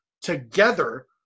together